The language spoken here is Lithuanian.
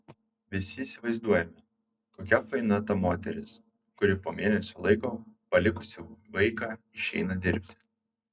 visi įsivaizduojame kokia faina ta moteris kuri po mėnesio laiko palikusi vaiką išeina dirbti